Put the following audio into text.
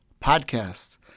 podcast